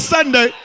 Sunday